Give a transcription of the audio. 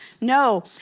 No